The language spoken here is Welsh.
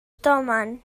domen